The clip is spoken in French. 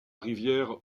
riviere